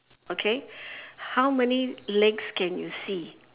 okay how many legs can you see